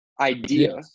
idea